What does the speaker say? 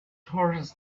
horses